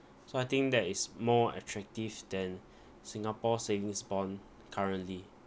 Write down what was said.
so I think that is more attractive than singapore savings bond currently